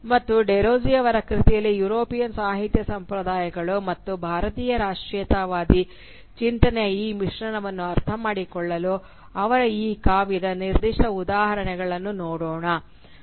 ಮತ್ತು ಡೆರೋಜಿಯೊ ಅವರ ಕೃತಿಯಲ್ಲಿ ಯುರೋಪಿಯನ್ ಸಾಹಿತ್ಯ ಸಂಪ್ರದಾಯಗಳು ಮತ್ತು ಭಾರತೀಯ ರಾಷ್ಟ್ರೀಯತಾವಾದಿ ಚಿಂತನೆಯ ಈ ಮಿಶ್ರಣವನ್ನು ಅರ್ಥಮಾಡಿಕೊಳ್ಳಲು ಅವರ ಈ ಕಾವ್ಯದ ನಿರ್ದಿಷ್ಟ ಉದಾಹರಣೆಯನ್ನು ನೋಡೋಣ